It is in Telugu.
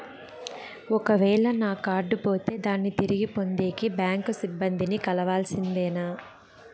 ఒక వేల నా కార్డు పోతే దాన్ని తిరిగి పొందేకి, బ్యాంకు సిబ్బంది ని కలవాల్సిందేనా?